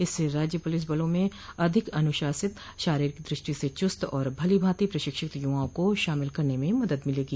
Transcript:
इससे राज्य पुलिस बलों में अधिक अनुशासित शारीरिक दृष्टि से चुस्त और भलीभांति प्रशिक्षित युवाओं को शामिल करने में मदद मिलेगी